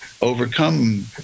overcome